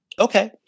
Okay